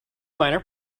minor